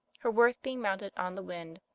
her worth being mounted on the wind,